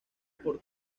por